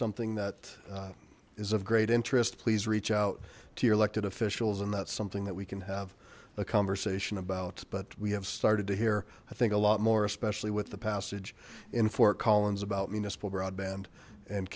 something that is of great interest please reach out to your elected officials and that's something that we can have a conversation about but we have started to hear i think a lot more especially with the passage in fort collins about municipal broadband and